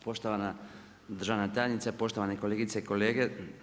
Poštovana državna tajnice, poštovani kolegice i kolege.